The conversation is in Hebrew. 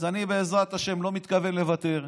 אז אני, בעזרת השם, לא מתכוון לוותר,